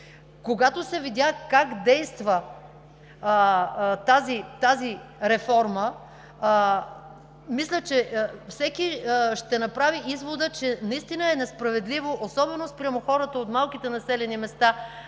Когато се видя как действа тази реформа, мисля, че всеки ще направи извода, че наистина е несправедливо, особено спрямо хората от малките населени места,